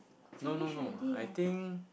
no no no I think